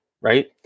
right